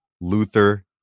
Luther